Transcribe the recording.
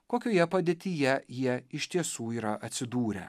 kokioje padėtyje jie iš tiesų yra atsidūrę